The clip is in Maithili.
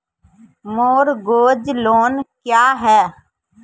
मोरगेज लोन क्या है?